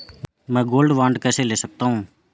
मैं gold bond कैसे ले सकता हूँ?